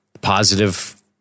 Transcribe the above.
Positive